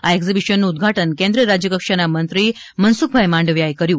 આ એકઝીબીશનનું ઉદઘાટન કેન્દ્રિય રાજ્યકક્ષાના મંત્રી શ્રી મનસુખભાઈ માંડવીયાએ કર્યું